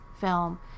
film